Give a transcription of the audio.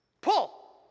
Pull